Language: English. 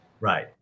right